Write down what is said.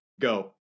go